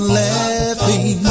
laughing